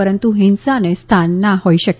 પરંતુ હિંસાને સ્થાન ના હોઇ શકે